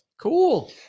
cool